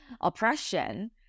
oppression